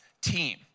team